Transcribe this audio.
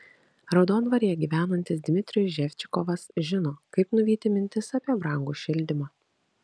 raudondvaryje gyvenantis dmitrijus ževžikovas žino kaip nuvyti mintis apie brangų šildymą